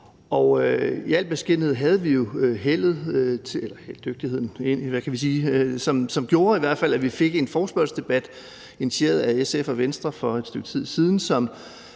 hvad vi kan sige, som i hvert fald gjorde, at vi fik en forespørgselsdebat initieret af SF og Venstre for et stykke tid siden,